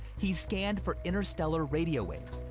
he scanned for interstellar radio waves,